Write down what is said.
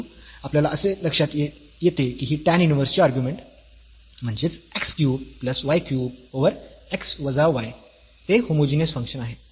परंतु आपल्या असे लक्षात येते की ही tan इन्व्हर्सची अर्ग्युमेंट म्हणजेच x cube plus y cube over x वजा y ते होमोजीनियस फंक्शन आहे